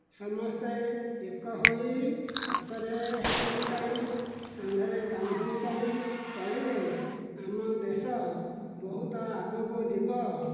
ସମସ୍ତେ ଏକ ହୋଇ ହାତରେ ହାତ ମିଶାଇ କାନ୍ଧରେ କାନ୍ଧ ମିଶାଇ ଚଳିଲେ ଆମ ଦେଶ ବହୁତ ଆଗକୁ ଯିବ